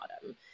bottom